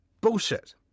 bullshit